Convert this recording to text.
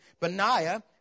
Benaiah